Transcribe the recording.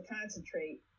concentrate